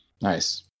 Nice